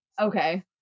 Okay